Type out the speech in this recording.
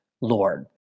Lord